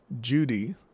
Judy